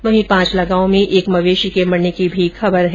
वहीं पांचला गांव में एक मवेशी के मरने की भी खबर है